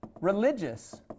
religious